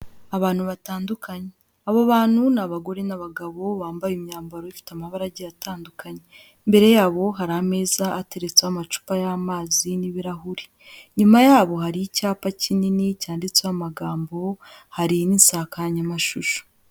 Abantu batandukanye, abo bantu ni abagore n'abagabo bambaye imyambaro ifite amabara agiye atandukanye, imbere yabo hari ameza ateretseho amacupa y'amazi n'ibirahuri, inyuma yabo hari icyapa kinini cyanditseho amagambo hari n'insakanyamashusho.